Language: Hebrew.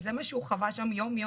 כי זה מה שהוא חווה שם יום-יום,